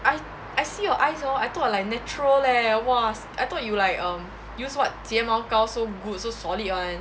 I I see your eyes hor I thought like natural leh !wah! I thought you like um use what 睫毛膏 so good so solid [one]